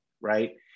right